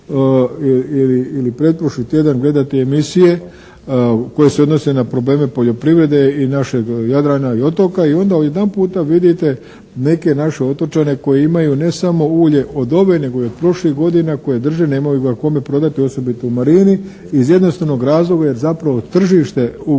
ili pretprošli tjedan gledati emisije koje se odnose na probleme poljoprivrede i našeg Jadrana i otoka i onda odjedanputa vidite neke naše otočane koji imaju ne samo ulje od ove nego i od prošlih godina koje drže, nemaju ga kome prodati osobito u marini iz jednostavnog razloga jer zapravo tržište